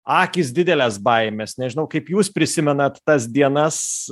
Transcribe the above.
akys didelės baimės nežinau kaip jūs prisimenat tas dienas